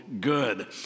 good